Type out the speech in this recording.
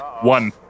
One